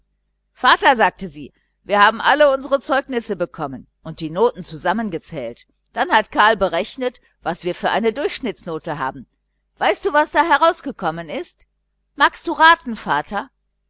vater sagte sie wir haben alle unsere zeugnisse bekommen und die noten zusammengezählt dann hat karl berechnet was wir für eine durchschnittsnote haben weißt du was da herausgekommen ist magst du raten vater